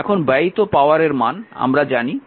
এবং ব্যয়িত পাওয়ারের মান আমরা জানি যে v2 Rab